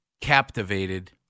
captivated